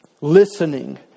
listening